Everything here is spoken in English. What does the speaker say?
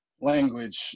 language